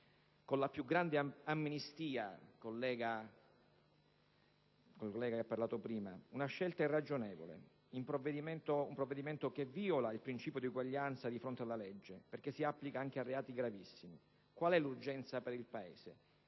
con la più grande amnistia, collega Mugnai, una scelta irragionevole, un provvedimento che vìola i principi di uguaglianza di fronte alla legge perché si applica anche a reati gravissimi. Qual è l'urgenza per il Paese?